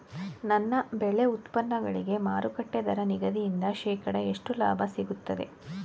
ನನ್ನ ಬೆಳೆ ಉತ್ಪನ್ನಗಳಿಗೆ ಮಾರುಕಟ್ಟೆ ದರ ನಿಗದಿಯಿಂದ ಶೇಕಡಾ ಎಷ್ಟು ಲಾಭ ಸಿಗುತ್ತದೆ?